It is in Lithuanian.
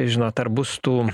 žinot ar bus tų